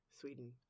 Sweden